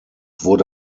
wurde